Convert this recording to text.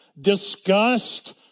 disgust